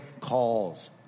calls